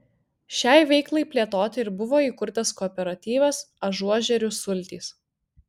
šiai veiklai plėtoti ir buvo įkurtas kooperatyvas ažuožerių sultys